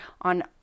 on